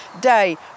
day